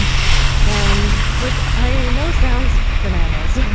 and which i know sounds bananas.